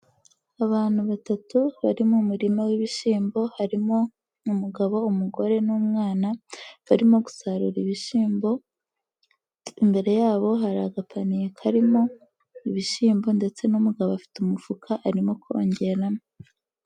Abantu batatu bari mu murima w'ibishyimbo, harimo umugabo, umugore n'umwana barimo gusarura ibishyimbo, imbere yabo hari agapaniye karimo ibishyimbo, ndetse n'umugabo afite umufuka arimo kongeramo.